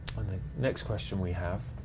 and the next question we have,